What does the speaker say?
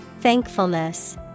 Thankfulness